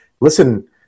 listen